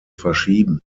verschieben